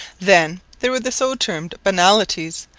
then there were the so-termed banalites.